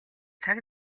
цаг